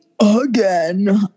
again